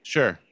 Sure